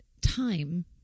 time